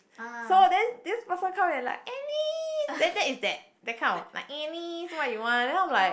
so then this person come and like Alice then that is that that kind of like Alice what you want then I'm like